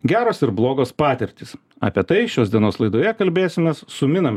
geros ir blogos patirtys apie tai šios dienos laidoje kalbėsimės su minam